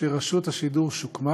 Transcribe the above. שרשות השידור שוקמה